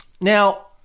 Now